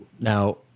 Now